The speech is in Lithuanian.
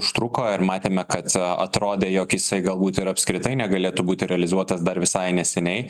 užtruko ir matėme kad atrodė jog jisai galbūt ir apskritai negalėtų būti realizuotas dar visai neseniai